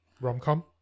rom-com